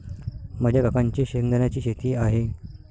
माझ्या काकांची शेंगदाण्याची शेती आहे